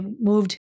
moved